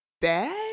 bad